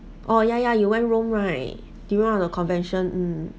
oh ya ya you went rome right during one of the convention